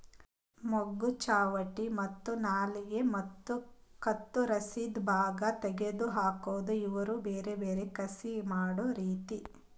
ಮೊಗ್ಗು, ಚಾವಟಿ ಮತ್ತ ನಾಲಿಗೆ ಮತ್ತ ಕತ್ತುರಸಿದ್ ಭಾಗ ತೆಗೆದ್ ಹಾಕದ್ ಇವು ಬೇರೆ ಬೇರೆ ಕಸಿ ಮಾಡೋ ರೀತಿ